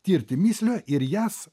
tirti mįslę ir jas